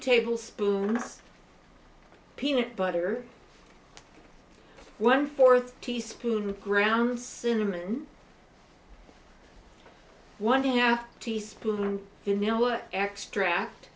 tablespoons peanut butter one fourth teaspoon of ground cinnamon one half teaspoon